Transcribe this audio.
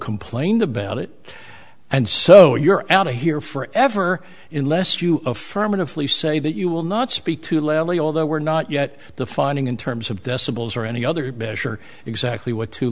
complained about it and so you're outta here forever in less you affirmatively say that you will not speak too loudly although we're not yet the finding in terms of decibels or any other basher exactly what to